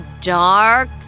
dark